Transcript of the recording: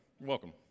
Welcome